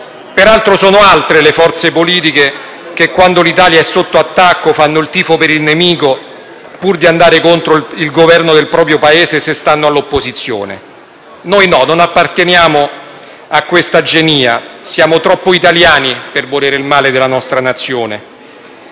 Peraltro, sono altre le forze politiche che, quando l'Italia è sotto attacco, fanno il tifo per il nemico pur di andare contro il Governo del proprio Paese se stanno all'opposizione. Noi no. Noi non apparteniamo a questa genia, siamo troppo italiani per volere il male della nostra nazione.